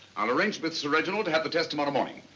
i'll arrange with sir reginald to have the test tomorrow morning.